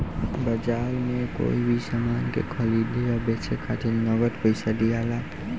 बाजार में कोई भी सामान के खरीदे आ बेचे खातिर नगद पइसा दियाला